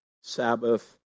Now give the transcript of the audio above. Sabbath